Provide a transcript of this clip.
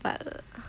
but